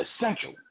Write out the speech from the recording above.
essential